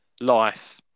life